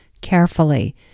carefully